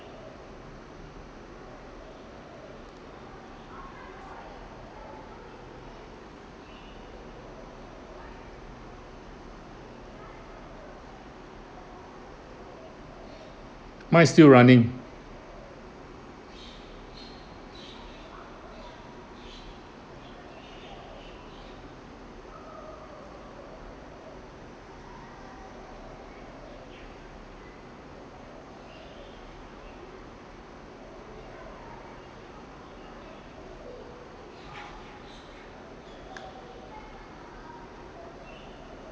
mine is still running